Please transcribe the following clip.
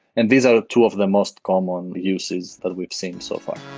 and these are two of the most common uses that we've seen so far.